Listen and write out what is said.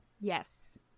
Yes